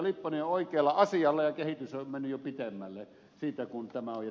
lipponen on oikealla asialla ja kehitys on mennyt jo pitemmälle siitä kun tämä oli